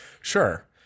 Sure